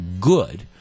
good